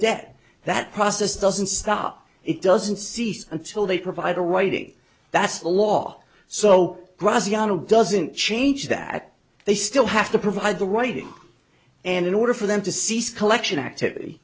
debt that process doesn't stop it doesn't cease until they provide a waiting that's the law so graziano doesn't change that they still have to provide the writing and in order for them to cease collection activity